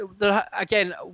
again